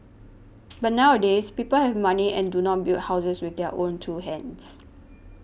but nowadays people have money and do not build houses with their own two hands